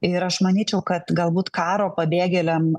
ir aš manyčiau kad galbūt karo pabėgėliam